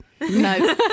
no